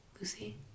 Lucy